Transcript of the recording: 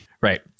Right